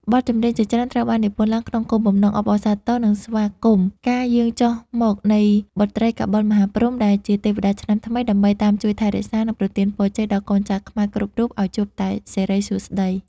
បទចម្រៀងជាច្រើនត្រូវបាននិពន្ធឡើងក្នុងគោលបំណងអបអរសាទរ និងស្វាគមន៍ការយាងចុះមកនៃបុត្រីកបិលមហាព្រហ្ម ដែលជាទេវតាឆ្នាំថ្មីដើម្បីតាមជួយថែរក្សា និងប្រទានពរជ័យដល់កូនចៅខ្មែរគ្រប់រូបឱ្យជួបតែសិរីសួស្ដី។